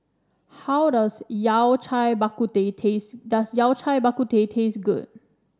how does Yao Cai Bak Kut Teh taste does Yao Cai Bak Kut Teh taste good